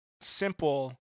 simple